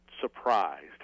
surprised